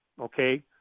okay